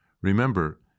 Remember